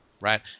Right